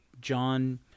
John